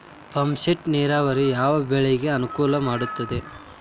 Pump set ನೇರಾವರಿ ಯಾವ್ ಬೆಳೆಗೆ ಅನುಕೂಲ ಮಾಡುತ್ತದೆ?